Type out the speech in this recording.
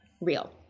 real